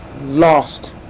lost